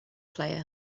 player